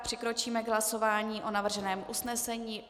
Přikročíme k hlasování o navrženém usnesení.